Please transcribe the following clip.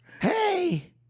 Hey